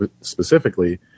specifically